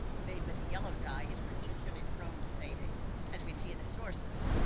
made with a yellow dye, is particularly prone to fading as we see in the sources.